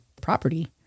property